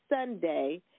Sunday